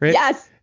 yes!